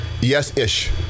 Yes-ish